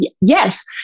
Yes